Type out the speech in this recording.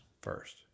first